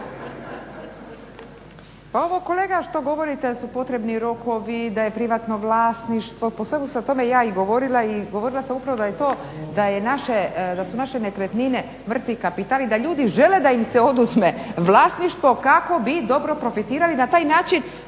Ovo kolega što govorite da su potrebni rokovi, da je privatno vlasništvo, pa o svemu sam tome ja i govorila i govorila sam upravo da je to, da su naše nekretnine mrtni kapital i da ljudi žele da im se oduzme vlasništvo kako bi dobro profitirali, na taj način